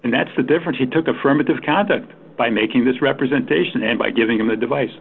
and that's the difference he took affirmative conduct by making this representation and by giving him a device